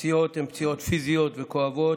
הפציעות הן פציעות פיזיות וכואבות,